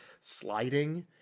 sliding